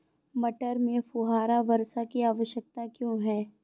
मटर में फुहारा वर्षा की आवश्यकता क्यो है?